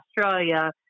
australia